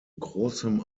großem